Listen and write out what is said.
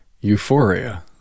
euphoria